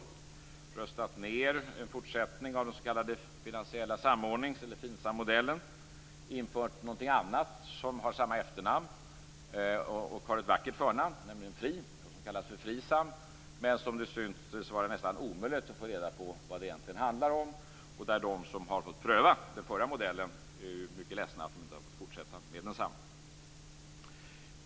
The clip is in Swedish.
Man har röstat ned en fortsättning av den s.k. finansiella samordningen, FIN SAM-modellen, och infört någonting annat som har samma efternamn och ett vackert förnamn, nämligen fri. Det kallas för FRISAM. Men det synes vara nästan omöjligt att få reda på vad det egentligen handlar om. De som har fått pröva den förra modellen är mycket ledsna för att de inte har fått fortsätta med densamma.